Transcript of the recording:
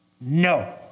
No